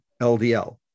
LDL